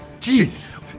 Jeez